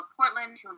Portland